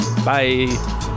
Bye